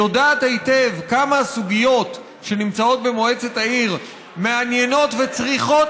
היא יודעת היטב כמה הסוגיות שנמצאות במועצת העיר מעניינות וצריכות